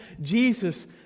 Jesus